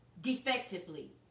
defectively